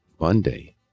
Monday